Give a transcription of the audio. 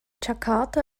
jakarta